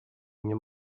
nie